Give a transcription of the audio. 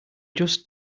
just